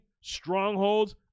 Strongholds